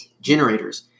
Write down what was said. generators